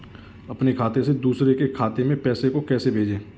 अपने खाते से दूसरे के खाते में पैसे को कैसे भेजे?